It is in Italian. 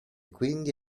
quindi